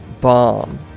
bomb